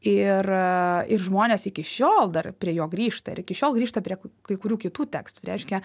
ir ir žmonės iki šiol dar prie jo grįžta ir iki šiol grįžta prie kai kurių kitų tekstų reiškia